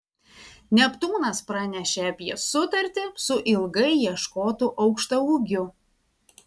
neptūnas pranešė apie sutartį su ilgai ieškotu aukštaūgiu